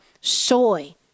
soy